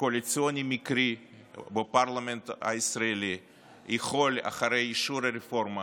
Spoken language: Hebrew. קואליציוני מקרי בפרלמנט הישראלי יכול לפגוע